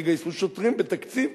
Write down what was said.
תגייסו שוטרים בתקציב,